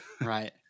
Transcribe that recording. right